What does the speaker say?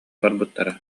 барбыттар